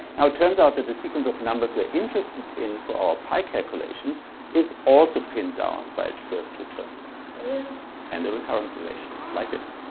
now it turns out that the sequence of numbers were interested in for our pi calculation is also pinned down by its first two terms and the recurrence relation like this.